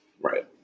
Right